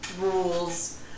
rules